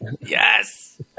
Yes